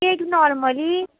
cake normally